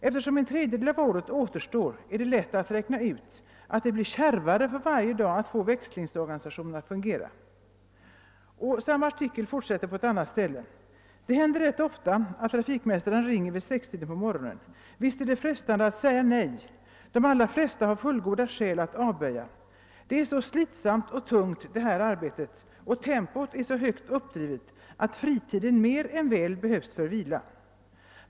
Eftersom en tredjedel av året återstår är det lätt att räkna ut att det blir kärvare för varje dag att få växlingsorganisationen att fungera.> Samma artikel fortsätter på ett annat ställe: »Det händer rätt ofta att trafikmästaren ringer vid 6-tiden på morgonen. Visst är det frestande att säga nej. De allra flesta har fullgoda skäl att avböja. Det är så slitsamt och tungt det här arbetet, och tempot är så högt uppdrivet att fritiden mer än väl behövs för vila.